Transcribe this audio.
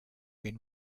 been